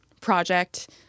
project